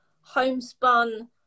homespun